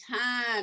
time